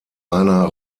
einer